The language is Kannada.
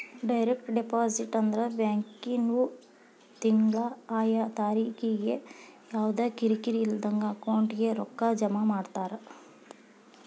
ಡೈರೆಕ್ಟ್ ಡೆಪಾಸಿಟ್ ಅಂದ್ರ ಬ್ಯಾಂಕಿನ್ವ್ರು ತಿಂಗ್ಳಾ ಆಯಾ ತಾರಿಕಿಗೆ ಯವ್ದಾ ಕಿರಿಕಿರಿ ಇಲ್ದಂಗ ಅಕೌಂಟಿಗೆ ರೊಕ್ಕಾ ಜಮಾ ಮಾಡ್ತಾರ